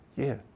yeah,